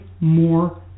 more